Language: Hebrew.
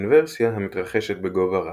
- אינוורסיה המתרחשת בגובה רב,